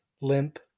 limp